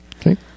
Okay